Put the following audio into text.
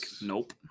nope